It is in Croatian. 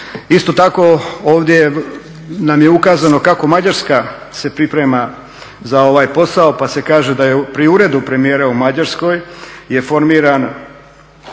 Isto tako, ovdje nam je ukazano kako Mađarska se priprema za ovaj posao, pa se kaže da je pri Uredu premijera u Mađarskoj je formiran,